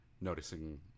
noticing